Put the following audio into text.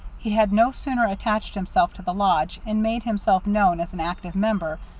he had no sooner attached himself to the lodge, and made himself known as an active member,